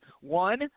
One